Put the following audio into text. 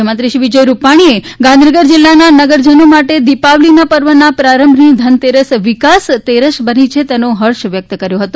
મુખ્યમંત્રી શ્રી વિજયભાઇ રૂપાણીએ ગાંધીનગર જિલ્લાના નગરજનો માટે દિપાવલીના પર્વના પ્રારંભની ધનતેરસ વિકાસતેરસ બની છે તેનો હર્ષ વ્યકત કર્યો હતો